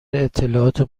اطلاعات